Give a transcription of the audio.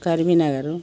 Karimnagar